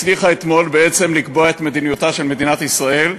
הצליחה אתמול לקבוע את מדיניותה של מדינת ישראל.